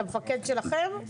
המפקד שלכם?